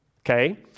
Okay